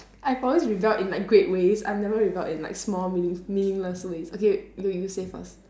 I probably rebelled in like great ways I've never rebelled in like small meaning meaningless ways okay okay you say first